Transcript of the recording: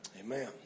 Amen